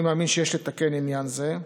אני מאמין שיש לתקן עניין זה.